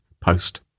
post